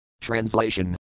Translation